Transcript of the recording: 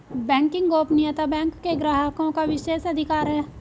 banking गोपनीयता bank के ग्राहकों का विशेषाधिकार है